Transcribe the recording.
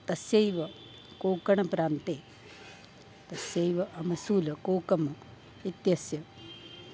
अस्यैव कोकणप्रान्ते तस्यैव अमसूलकोकम् इत्यस्य